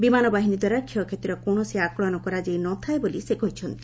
ବିମାନ ବାହିନୀ ଦ୍ୱାରା କ୍ଷୟକ୍ଷତିର କୌଣସି ଆକଳନ କରାଯାଇ ନ ଥାଏ ବୋଲି ସେ କହିଚ୍ଛନ୍ତି